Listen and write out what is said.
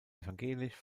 evangelisch